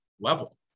level